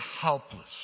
helpless